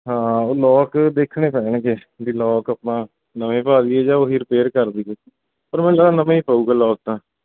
ਹਾਂ ਉਹ ਲੌਕ ਦੇਖਣੇ ਪੈਣਗੇ ਵੀ ਲੌਕ ਆਪਾਂ ਨਵੇਂ ਪਾ ਦੇਈਏ ਜਾਂ ਉਹ ਹੀ ਰਿਪੇਅਰ ਕਰ ਦੇਈਏ ਪਰ ਮੈਨੂੰ ਲਗਦਾ ਨਵਾਂ ਹੀ ਪਊਗਾ ਲੌਕ ਤਾਂ